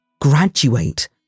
graduate